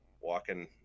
walking